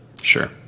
sure